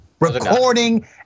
Recording